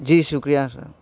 جی شکریہ سر